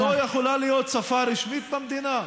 לא יכולה להיות שפה רשמית במדינה?